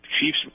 Chiefs